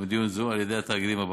המדיניות הזו על-ידי התאגידים הבנקאיים.